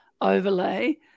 overlay